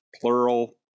plural